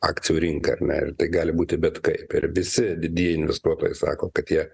akcijų rinka ar ne tai gali būti bet kaip ir visi didieji investuotojai sako kad jie